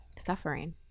Suffering